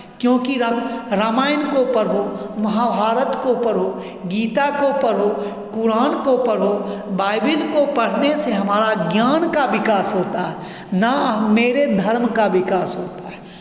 क्योंकि रामायण को पढ़ो महाभारत को पढ़ो गीता को पढ़ो कुरान को पढ़ो बाइबिल को पढ़ने से हमारा ज्ञान का विकास होता है ना मेरे धर्म का विकास होता है